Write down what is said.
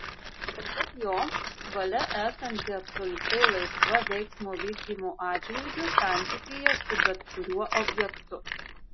pasak jo valia esanti absoliučiai laisva veiksmo vykdymo atžvilgiu santykyje su bet kuriuo objektu